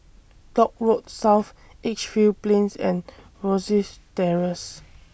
Dock Road South Edgefield Plains and Rosyth Terrace